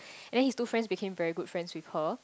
and then his two friends became very good friends with her